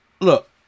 Look